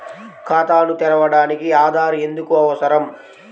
ఖాతాను తెరవడానికి ఆధార్ ఎందుకు అవసరం?